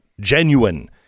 genuine